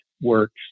works